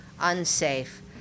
unsafe